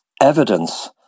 evidence